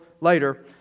later